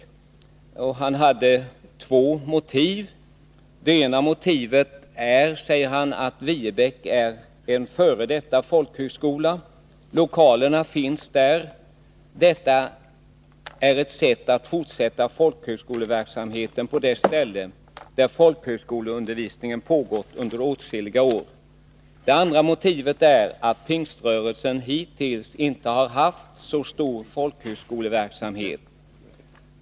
Han angav två motiv för detta och sade bl.a. följande: ”Det ena motivet är att Viebäck är en f. d. folkhögskola. Lokalerna finns där. Detta är ett sätt att fortsätta folkhögskoleverksamheten på det ställe där folkhögskoleundervisningen pågått under åtskilliga år. Det andra motivet är att Pingströrelsen hittills inte har haft så stor folkhögskoleverksamhet.